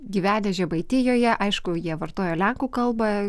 gyvenę žemaitijoje aišku jie vartojo lenkų kalbą